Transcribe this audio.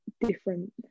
different